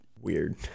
weird